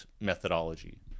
methodology